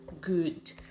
good